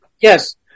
Yes